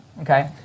okay